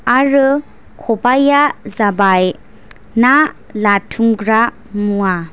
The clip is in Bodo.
आरो खबायआ जाबाय ना लाथुमग्रा मुवा